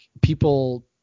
people